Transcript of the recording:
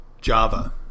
Java